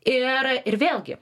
ir ir vėlgi